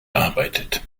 arbeitet